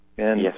Yes